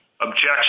objection